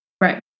right